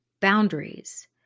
boundaries